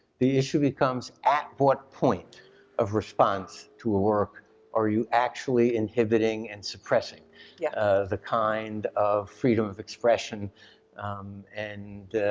the issue becomes at what point of response to a work are you actually inhibiting and suppressing yeah ah the kind of freedom of expression and